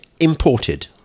Imported